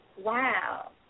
wow